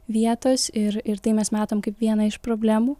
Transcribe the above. vietos ir ir tai mes matom kaip vieną iš problemų